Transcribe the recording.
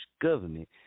government